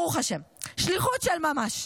ברוך השם, שליחות של ממש.